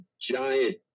giant